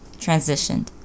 transitioned